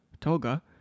Toga